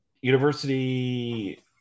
University